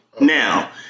Now